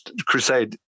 crusade